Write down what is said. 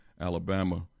Alabama